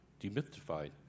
demystified